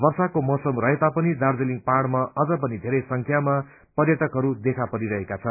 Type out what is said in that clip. वर्षाको मौसम रहेता पनि दार्जीलिङ पहाड़मा अझ पनि धेरै संख्यामा पर्यटकहरू देखा परिरहेका छन्